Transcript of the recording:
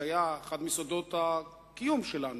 שהיה אחד מסודות הקיום שלנו.